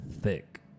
thick